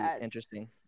interesting